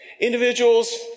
Individuals